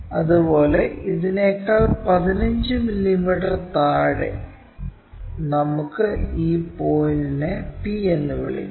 അതുപോലെ ഇതിനെക്കാൾ 15 മില്ലിമീറ്റർ താഴെ നമുക്ക് ഈ പോയിന്റിനെ p എന്ന് വിളിക്കാം